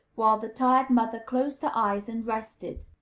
while the tired mother closed her eyes and rested.